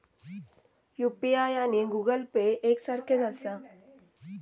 UPI आणि Google Pay एक सारख्याच आसा?